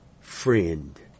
friend